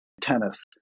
tennis